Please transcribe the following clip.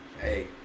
hey